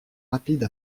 rapide